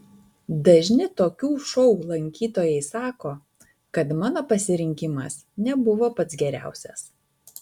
dažni tokių šou lankytojai sako kad mano pasirinkimas nebuvo pats geriausias